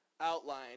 outline